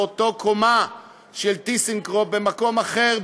באותה קומה של "טיסנקרופ" במקום אחר,